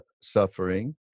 suffering